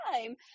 time